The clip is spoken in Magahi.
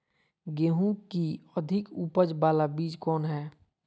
गेंहू की अधिक उपज बाला बीज कौन हैं?